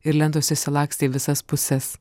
ir lentos išsilakstė į visas puses